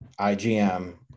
IGM